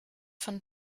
von